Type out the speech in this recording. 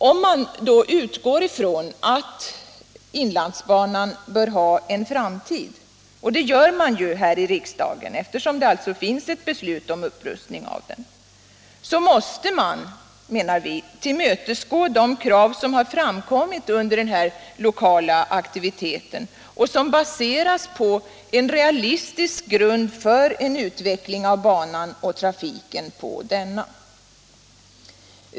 Om man utgår från att inlandsbanan bör ha en framtid — och det bör man ju här i riksdagen eftersom det finns ett beslut om upprustning av den — så måste man tillmötesgå de krav som har framkommit under den lokala aktiviteten och som baseras på en realistisk grund för en behov 120 utveckling av banan och trafiken på denna.